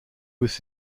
was